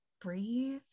breathe